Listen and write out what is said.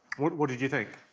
what what did you think?